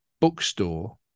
bookstore